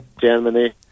Germany